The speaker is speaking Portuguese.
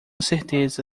certeza